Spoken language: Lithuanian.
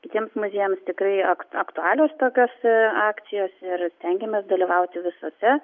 kitiems muziejams tikrai ak aktualios tokios akcijos ir stengiamės dalyvauti visose